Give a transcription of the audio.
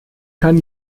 kann